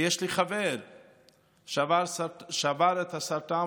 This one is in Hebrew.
ויש לי חבר שעבר את הסרטן.